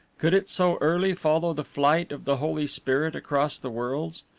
could it so early follow the flight of the holy spirit across the worlds?